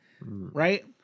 right